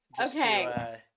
okay